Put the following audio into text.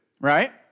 right